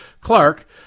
Clark